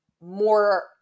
more